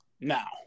Now